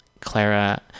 Clara